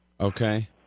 Okay